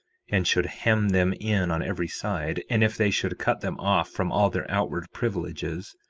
and should hem them in on every side, and if they should cut them off from all their outward privileges,